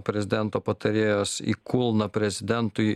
prezidento patarėjos į kulną prezidentui